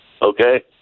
Okay